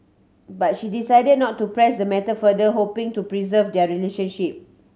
but she decided not to press the matter further hoping to preserve their relationship